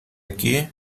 aquí